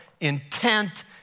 intent